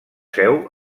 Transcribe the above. seu